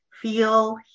feel